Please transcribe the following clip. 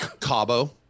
Cabo